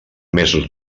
mesos